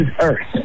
earth